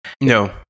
No